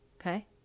Okay